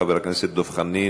חבר הכנסת דב חנין.